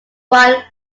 brian